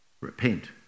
Repent